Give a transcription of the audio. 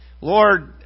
Lord